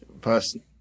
person